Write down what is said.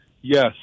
Yes